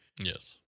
Yes